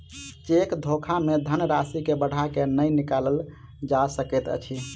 cheque धोखा मे धन राशि के बढ़ा क नै निकालल जा सकैत अछि